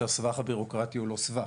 שהסבך הבירוקרטי הוא לא סבך,